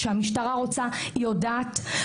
כשהמשטרה רוצה היא יודעת.